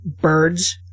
birds